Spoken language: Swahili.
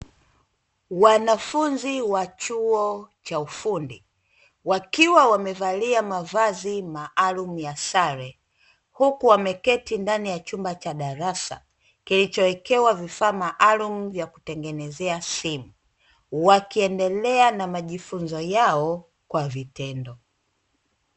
Wanafunzi wa chuo cha ufundi, wakiwa wamevalia mavazi maalumu ya sare, huku wameketi ndani ya chumba cha darasa, kilichowekewa vifaa maalumu vya kutengenezea simu, wakiendelea na majifunzo yao kwa vitendo.